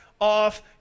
off